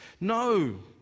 No